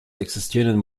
existierenden